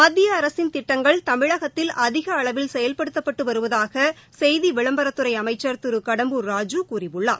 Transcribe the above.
மத்திய அரசின் திட்டங்கள் தமிழகத்தில் அதிக அளவில் செயல்படுத்தப்பட்டு வருவதாக செய்தி விளம்பரத்துறை அமைச்சள் திரு கடம்பூர் ராஜூ கூறியுள்ளார்